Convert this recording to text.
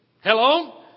Hello